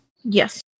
Yes